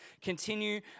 continue